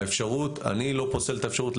אני לא פוסל את האפשרות,